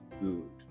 good